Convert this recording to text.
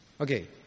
Okay